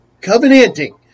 covenanting